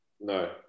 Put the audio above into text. No